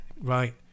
right